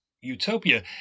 utopia